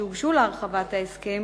שהוגשו להרחבת ההסכם